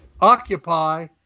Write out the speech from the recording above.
Occupy